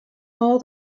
more